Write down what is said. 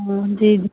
हा जी जी